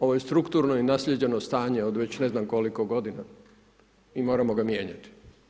Ovo je strukturno i naslijeđeno stanje, od već ne znam koliko godina i moramo ga mijenjati.